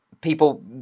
people